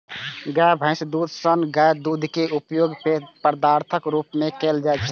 गाय, भैंसक दूधे सन गाछक दूध के उपयोग पेय पदार्थक रूप मे कैल जाइ छै